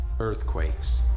Earthquakes